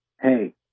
Hey